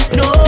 no